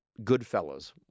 Goodfellas